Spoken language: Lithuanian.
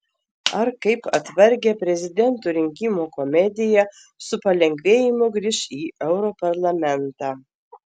ar kaip atvargę prezidentų rinkimų komediją su palengvėjimu grįš į europarlamentą